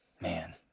man